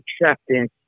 acceptance